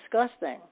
disgusting